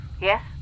Yes